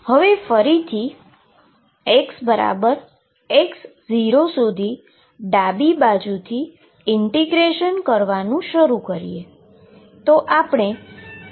હવે ફરીથી xx0 સુધી ડાબી બાજુએથી ઈન્ટીગ્રેટીંગ કરવાનું શરૂ કરીએ